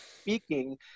speaking